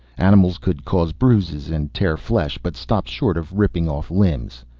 animals could cause bruises and tear flesh, but stopped short of ripping off limbs.